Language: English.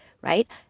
right